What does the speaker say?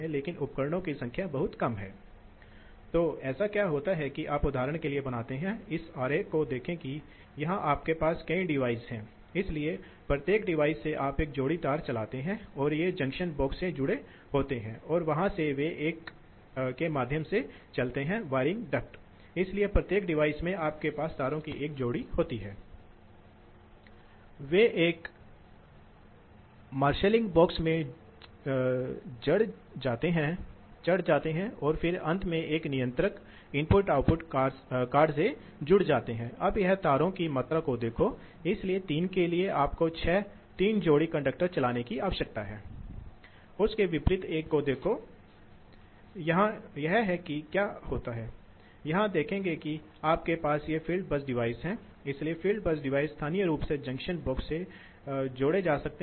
मूल रूप से बर्नौली Bernoulli प्रवाह के कारण ऐसा होता है जब आपके पास अशांत प्रवाह के रूप में जाना जाता है जिसका अर्थ है कि जब प्रवाह का वेग अधिक होता है तब एक नियम होता है जिसे बर्नौली का नियम कहा जाता है जिससे आप यह जान सकते हैं कि किसी भी संकुचन के माध्यम से दबाव प्रवाह सम्बन्ध यदि प्रवाह वेग पर्याप्त रूप से अधिक है अर्थात यदि रेनॉल्ड्स संख्या बहुत अधिक है तो प्रवाह को अशांत कहा जा सकता है